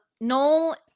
noel